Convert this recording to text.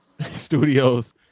Studios